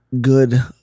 good